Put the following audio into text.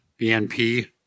BNP